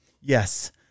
Yes